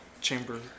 chamber